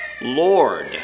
Lord